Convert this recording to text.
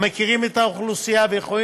המכיר את האוכלוסייה ויכול